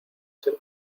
ser